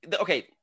okay